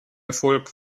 erfolg